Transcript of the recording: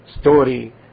story